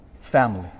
family